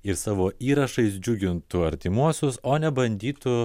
ir savo įrašais džiugintų artimuosius o ne bandytų